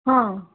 ହଁ